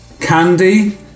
candy